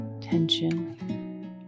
tension